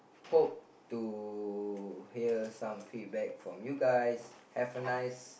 hope to hear some feedback from you guys have a nice